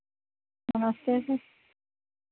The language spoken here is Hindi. नमस्ते सर